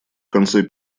конце